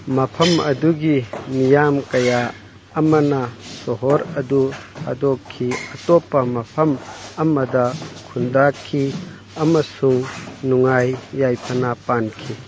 ꯃꯐꯝ ꯑꯗꯨꯒꯤ ꯃꯤꯌꯥꯝ ꯀꯌꯥ ꯑꯃꯅ ꯁꯣꯍꯣꯔ ꯑꯗꯨ ꯊꯥꯗꯣꯛꯈꯤ ꯑꯇꯣꯄ ꯃꯐꯝ ꯑꯃꯗ ꯈꯨꯟꯗꯥꯈꯤ ꯑꯃꯁꯨꯡ ꯅꯨꯡꯉꯥꯏ ꯌꯥꯏꯐꯅ ꯄꯥꯟꯈꯤ